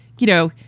you know,